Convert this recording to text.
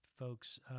folks